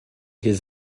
his